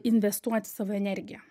investuoti savo energiją